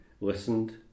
listened